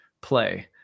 play